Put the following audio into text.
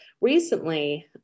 Recently